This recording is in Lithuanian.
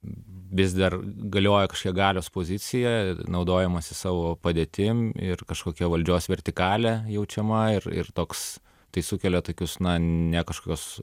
vis dar galioja kažkokie galios pozicija naudojamasi savo padėtim ir kažkokia valdžios vertikalė jaučiama ir ir toks tai sukelia tokius na ne kažkokios